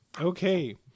Okay